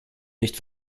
nicht